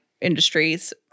industries